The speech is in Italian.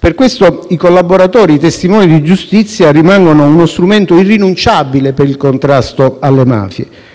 Per questo, i collaboratori e i testimoni di giustizia rimangono uno strumento irrinunciabile per il contrasto alle mafie.